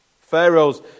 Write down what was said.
Pharaoh's